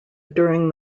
during